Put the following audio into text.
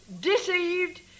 deceived